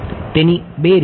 તેની બે રીત છે